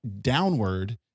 downward